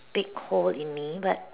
big hole in me but